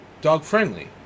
dog-friendly